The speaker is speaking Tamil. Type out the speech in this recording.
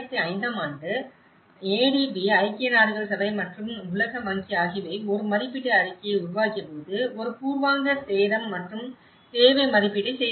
2005 ஆம் ஆண்டில் ADB ஐக்கிய நாடுகள் சபை மற்றும் உலக வங்கி ஆகியவை ஒரு மதிப்பீட்டு அறிக்கையை உருவாக்கியபோது ஒரு பூர்வாங்க சேதம் மற்றும் தேவை மதிப்பீட்டை செய்தன